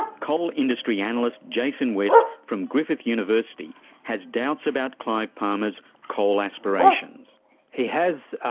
coal industry analyst jason west from griffith university has doubts about clive palmer's coal aspirations he has,